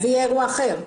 זה יהיה אירוע אחר.